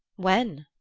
when?